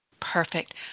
perfect